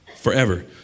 forever